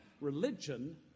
Religion